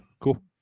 cool